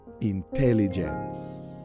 intelligence